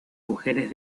mujeres